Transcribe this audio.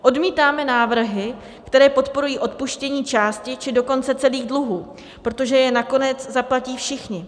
Odmítáme návrhy, které podporují odpuštění části, či dokonce celých dluhů, protože je nakonec zaplatí všichni.